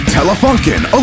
Telefunken